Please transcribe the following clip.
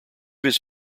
his